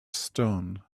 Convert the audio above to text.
stone